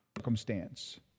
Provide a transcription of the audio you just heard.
circumstance